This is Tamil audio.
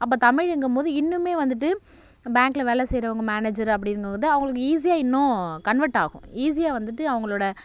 அப்போ தமிழுங்கும்போது இன்னுமே வந்துட்டு பேங்கில் வேலை செய்யுறவங்க மேனேஜர் அப்படிங்கும்போது அவங்களுக்கு ஈஸியாக இன்னும் கன்வெர்ட் ஆகும் ஈஸியாக வந்துட்டு அவங்களோட